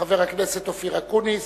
חבר הכנסת אופיר אקוניס.